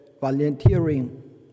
volunteering